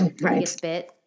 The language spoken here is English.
Right